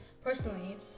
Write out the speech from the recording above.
personally